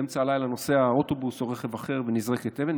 באמצע הלילה נוסע אוטובוס או רכב אחר ונזרקת אבן,